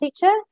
teacher